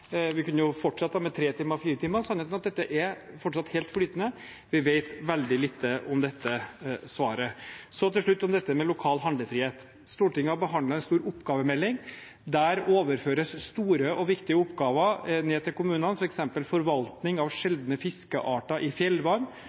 Vi kunne jo fortsatt med tre og fire timer, men sannheten er at dette fortsatt er helt flytende, og vi vet veldig lite om dette svaret. Til slutt til dette med lokal handlefrihet: Stortinget har behandlet en stor oppgavemelding. Der overføres store og viktige oppgaver til kommunene, f.eks. forvaltning av sjeldne fiskearter i fjellvann,